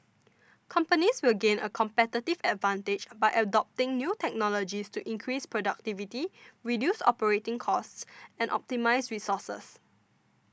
companies will gain a competitive advantage by adopting new technologies to increase productivity reduce operating costs and optimise resources